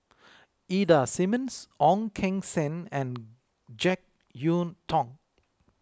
Ida Simmons Ong Keng Sen and Jek Yeun Thong